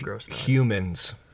humans